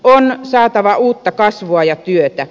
on saatava uutta kasvua ja työtä